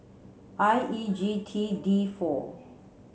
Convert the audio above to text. I E G T D four